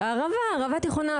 הערבה התיכונה,